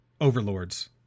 Overlords